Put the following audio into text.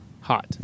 hot